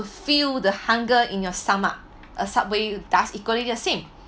fill the hunger in your stomach a Subway does equally the same